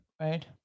right